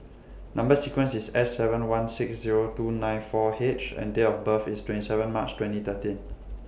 Number sequence IS S seven one six Zero two nine four H and Date of birth IS twenty seven March twenty thirteen